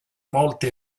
molti